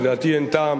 לדעתי אין טעם,